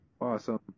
awesome